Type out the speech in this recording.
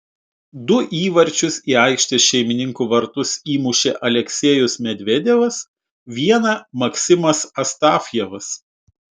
du įvarčius į aikštės šeimininkų vartus įmušė aleksejus medvedevas vieną maksimas astafjevas